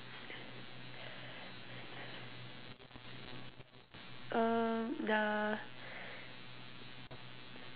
uh nah